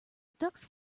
ducks